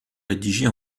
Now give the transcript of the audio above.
rédigés